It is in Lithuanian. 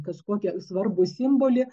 kažkokį svarbų simbolį